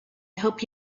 hope